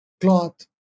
cloth